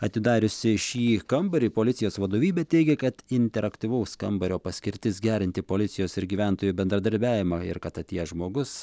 atidariusi šį kambarį policijos vadovybė teigė kad interaktyvaus kambario paskirtis gerinti policijos ir gyventojų bendradarbiavimą ir kad atėjęs žmogus